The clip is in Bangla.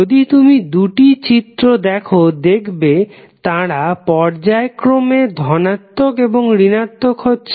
যদি তুমি দুটো চিত্র দেখ দেখবে তাঁরা পর্যায়ক্রমে ধনাত্মক ও ঋণাত্মক হচ্ছে